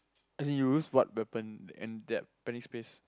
as in you lose what weapon and that